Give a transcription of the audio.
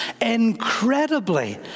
incredibly